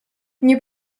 nie